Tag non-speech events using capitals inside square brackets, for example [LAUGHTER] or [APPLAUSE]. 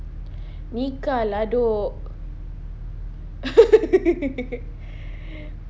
nikah lah doh [LAUGHS]